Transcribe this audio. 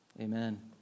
Amen